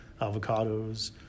avocados